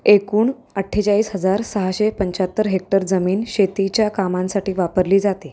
एकूण अठ्ठेचाळीस हजार सहाशे पंच्याहत्तर हेक्टर जमीन शेतीच्या कामांसाठी वापरली जाते